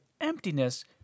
emptiness